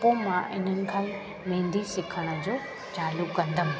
पोइ मां इन्हनि खां ई मेंदी सिखण जो चालूं कंदमि